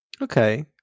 Okay